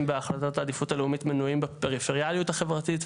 בהחלטות העדיפות הלאומית מנויים בפריפריאליות החברתית.